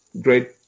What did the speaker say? great